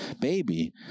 baby